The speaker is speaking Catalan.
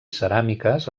ceràmiques